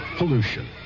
Pollution